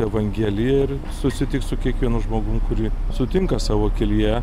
evangeliją ir susitikt su kiekvienu žmogum kurį sutinka savo kelyje